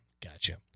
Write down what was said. Gotcha